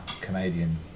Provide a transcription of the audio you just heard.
Canadian